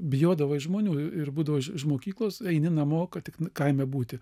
bijodavai žmonių ir būdavo iš iš mokyklos eini namo kad tik kaime būti